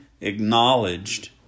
acknowledged